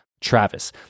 Travis